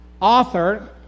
author